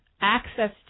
access